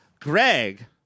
Greg